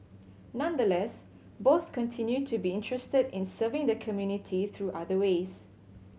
nonetheless both continue to be interested in serving the community through other ways